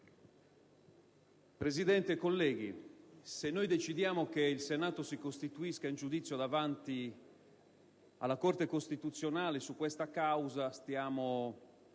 Presidente, colleghi senatori, se noi decidiamo che il Senato si costituisca in giudizio davanti alla Corte costituzionale su questa causa, allora